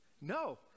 No